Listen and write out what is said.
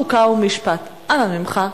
חוקה ומשפט, אנא ממך.